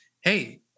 Hey